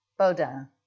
Baudin